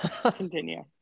continue